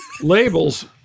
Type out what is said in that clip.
labels